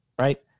right